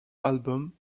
album